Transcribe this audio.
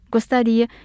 Gostaria